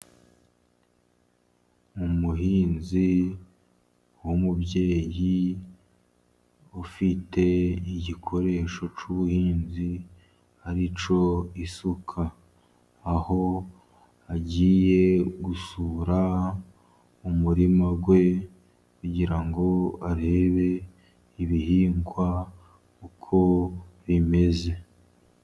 Umuhinzi w'umubyeyi, ufite igikoresho cy'ubuhinzi ari cyo isuka, aho agiye gusura umurima we kugira arebe ibihingwa uko bimeze.